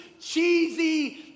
cheesy